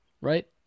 right